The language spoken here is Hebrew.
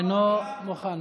אינו נוכח.